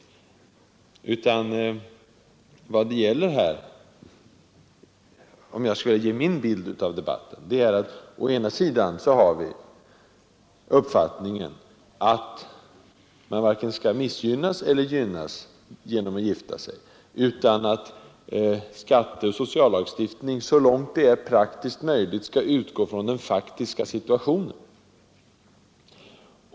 Situationen är — om jag skall ge min bild av debatten — att å ena sidan har vi uppfattningen att man varken skall missgynnas eller gynnas genom att gifta sig, utan att skatteoch sociallagstiftning så långt det är praktiskt möjligt skall utgå från den faktiska situationen.